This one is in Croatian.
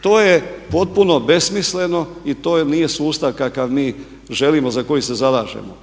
To je potpuno besmisleno i to nije sustav kakav mi želimo, za koji se zalažemo.